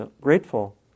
grateful